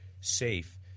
safe